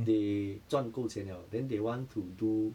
they 赚够钱 liao then they want to do